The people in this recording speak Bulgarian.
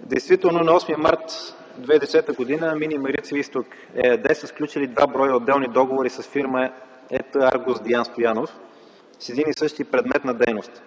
действително на 8 март 2010 г. Мини „Марица-Изток” ЕАД са сключили два броя отделни договори с фирма ЕТ „АРГУС – Диан Стоянов” с един и същи предмет на дейност